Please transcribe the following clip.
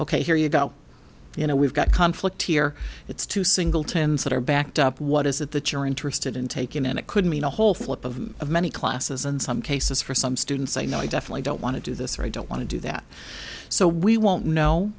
ok here you go you know we've got a conflict here it's two singletons that are backed up what is it that you're interested in taking and it could mean a whole flip of many classes in some cases for some students i know i definitely don't want to do this or i don't want to do that so we won't know